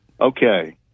Okay